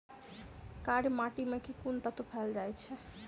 कार्य माटि मे केँ कुन तत्व पैल जाय छै?